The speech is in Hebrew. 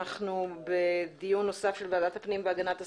אנחנו בדיון נוסף של ועדת הפנים והגנת הסביבה,